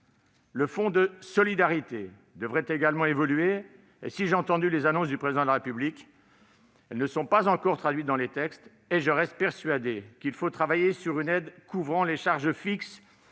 Le fonds de solidarité devrait également évoluer. À cet égard, j'ai bien entendu les annonces du Président de la République, mais elles n'ont pas encore été traduites dans les textes et je reste persuadé qu'il faut travailler à une aide couvrant les charges fixes,